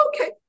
Okay